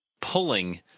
pulling